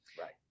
Right